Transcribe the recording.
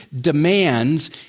demands